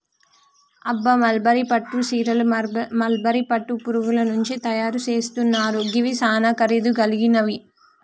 అబ్బ మల్బరీ పట్టు సీరలు మల్బరీ పట్టు పురుగుల నుంచి తయరు సేస్తున్నారు గివి సానా ఖరీదు గలిగినవి